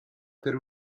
per